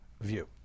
View